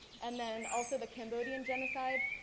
and then also the cambodian genocide.